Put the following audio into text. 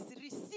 receive